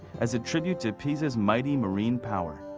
as a tribute to pisa's mighty marine power.